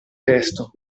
testo